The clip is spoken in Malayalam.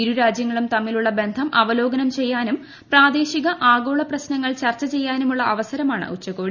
ഇരു രാജ്യങ്ങളും തമ്മിലുള്ള ബന്ധം അവലോകനം ചെയ്യാനും പ്രാദേശിക ആഗോള പ്രശ്നങ്ങൾ ചർച്ച ചെയ്യാനുമുള്ള അവസരമാണ് ഉച്ചകോടി